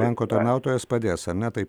banko tarnautojas padės ar ne taip